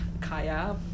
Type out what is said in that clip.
Kaya